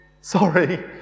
sorry